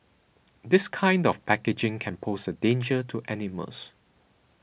this kind of packaging can pose a danger to animals